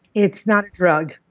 it's not a drug.